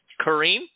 Kareem